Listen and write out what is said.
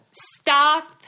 Stop